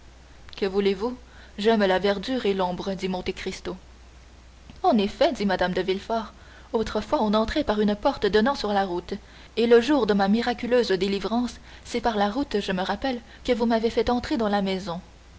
que voulez-vous j'aime la verdure et l'ombre dit monte cristo en effet dit mme de villefort autrefois on entrait par une porte donnant sur la route et le jour de ma miraculeuse délivrance c'est par la route je me rappelle que vous m'avez fait entrer dans la maison